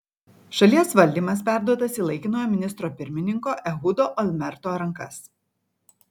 šalies valdymas perduotas į laikinojo ministro pirmininko ehudo olmerto rankas